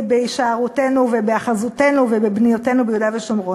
בהישארותנו ובהיאחזותנו ובבניותינו ביהודה ושומרון.